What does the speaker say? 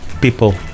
people